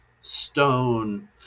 stone